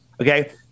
Okay